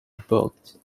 booked